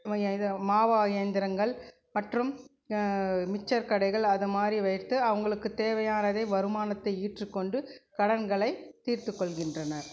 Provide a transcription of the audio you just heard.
இது மாவா இயந்திரங்கள் மற்றும் மிக்சர் கடைகள் அது மாதிரி வைத்து அவர்களுக்கு தேவையானதை வருமானத்தை ஈற்று கொண்டு கடன்களை தீர்த்து கொள்கின்றனர்